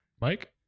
Mike